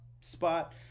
spot